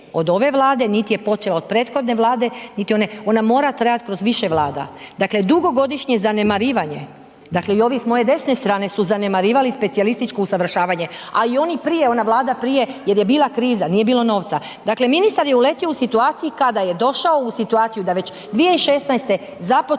od ove Vlade, nit je počela od prethodne Vlade, niti one, ona mora trajat kroz više Vlada, dakle dugogodišnje zanemarivanje, dakle i ovi s moje desne strane su zanemarivali specijalističku usavršavanje, a i oni prije, ona Vlada prije jer je bila kriza, nije bilo novca, dakle ministar je uletio u situaciji kada je došao u situaciju da već 2016. započeto